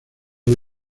hoy